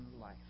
life